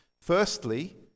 Firstly